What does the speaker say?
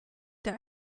der